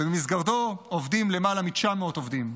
ובמסגרתו עובדים למעלה מ-900 עובדים.